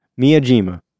Miyajima